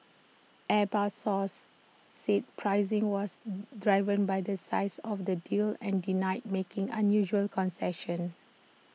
airbus sources said pricing was driven by the size of the deals and denied making unusual concessions